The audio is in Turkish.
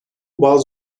bazı